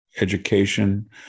education